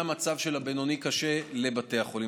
למצב של בינוני-קשה לבתי החולים.